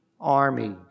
army